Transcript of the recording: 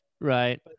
Right